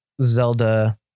zelda